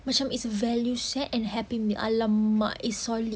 macam it's value set and happy meal !alamak! it's solid